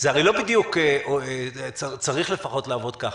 זה לא בדיוק שצריך לעבוד ככה.